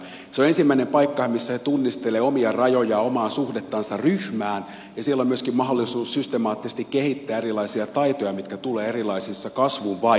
se on ensimmäinen paikka missä he tunnistelevat omia rajojaan omaa suhdettaan ryhmään ja siellä on myöskin mahdollisuus systemaattisesti kehittää erilaisia taitoja mitkä tulevat erilaisissa kasvuvaiheissa